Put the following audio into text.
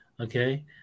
okay